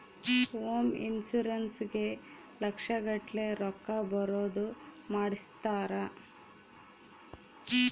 home insurance ಗೇ ಲಕ್ಷ ಗಟ್ಲೇ ರೊಕ್ಕ ಬರೋದ ಮಾಡ್ಸಿರ್ತಾರ